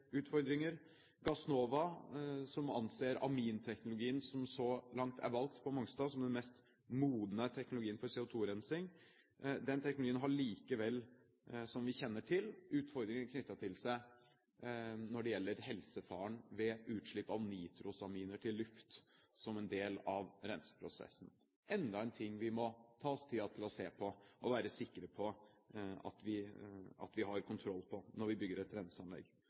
utfordringer. Gassnova anser aminteknologien som så langt er valgt på Mongstad, som den mest modne teknologien for CO2-rensing. Den teknologien har likevel, som vi kjenner til, utfordringer knyttet til seg når det gjelder helsefaren ved utslipp av nitrosaminer til luft, som en del av renseprosessen. Det er enda en ting vi må ta oss tid til å se på og være sikre på at vi har kontroll på når vi bygger et